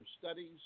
studies